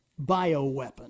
bioweapon